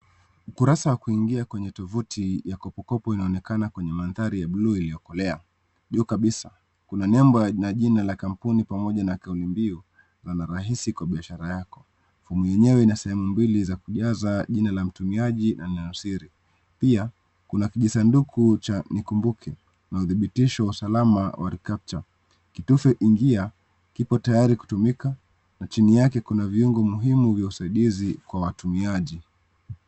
Kurasa ya kuingia kwenye tovuti ya Kopu-Kopu inaonekana kwenye mandhari ya bluu iliyokolea. Juu kabisa, kuna nembo na jina la kampuni pamoja na kaulimbiu inayohusiana na biashara yako. Fomu yenyewe ina sehemu mbili za kujaza jina la mtumiaji na nafsiri. Pia, kuna kisanduku cha ‘nikumbuke’ na uthibitisho wa usalama wa reCAPTCHA. Kitufe cha ‘Ingia’ kipo tayari kutumika, na chini yake kuna viungo muhimu vya usaidizi kwa watumiaji.